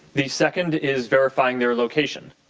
the second is verifying their location.